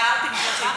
אני הערתי בזמן,